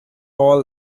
hall